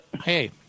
Hey